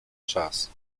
czas